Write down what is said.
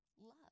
love